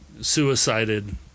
suicided